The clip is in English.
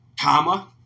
comma